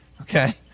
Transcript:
Okay